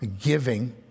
giving